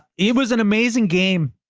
it was an amazing game.